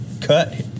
cut